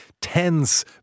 tense